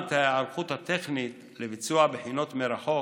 ברמת ההיערכות הטכנית לביצוע בחינות מרחוק